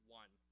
one